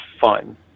fun